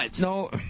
No